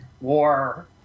war